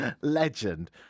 Legend